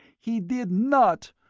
he did not!